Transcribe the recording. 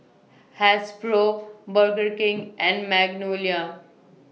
Hasbro Burger King and Magnolia